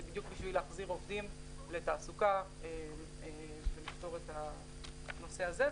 זה בדיוק בשביל להחזיר עובדים לתעסוקה ולפתור את הנושא הזה.